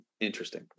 interesting